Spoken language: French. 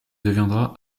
deviendra